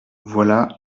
voilà